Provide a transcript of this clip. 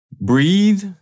Breathe